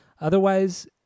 Otherwise